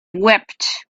wept